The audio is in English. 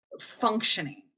functioning